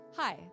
Hi